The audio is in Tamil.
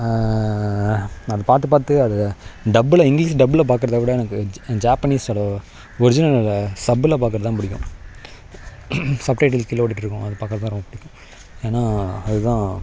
நான் பார்த்து பார்த்து அது டப்பில் இங்கிலீஷில் டப்பில் பார்க்குறத விட எனக்கு ஜா ஜாப்பனீஸோடய ஒரிஜினல் டப்பில் பார்க்குறது தான் பிடிக்கும் சப் டைட்டில் கீழே ஓடிகிட்டு இருக்கும் அதை பார்க்குறது தான் ரொம்ப பிடிக்கும் ஏன்னா அது தான்